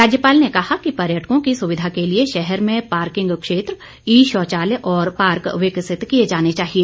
राज्यपाल ने कहा कि पर्यटकों की सुविधा के लिए शहर में पार्किंग क्षेत्र ई शौचालय और पार्क विकसित किए जाने चाहिए